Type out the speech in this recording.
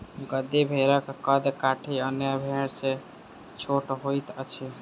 गद्दी भेड़क कद काठी अन्य भेड़ सॅ छोट होइत अछि